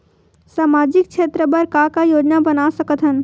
सामाजिक क्षेत्र बर का का योजना बना सकत हन?